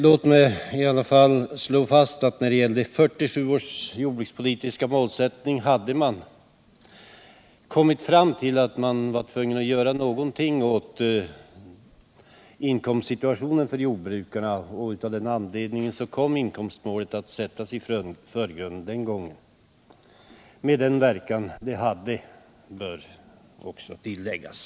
Låt mig i alla fall slå fast att när det gällde 1947 års jordbrukspolitiska målsättning hade man kommit fram till att man var tvungen att göra någonting åt inkomstsituationen för jordbrukarna, och av den anledningen kom inkomstmålet att sättas i förgrunden den gången —- med den verkan det hade, bör också tilläggas.